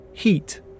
Heat